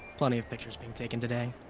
plenty of pictures being taken today.